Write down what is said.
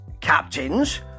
captains